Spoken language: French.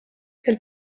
elle